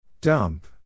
Dump